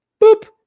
Boop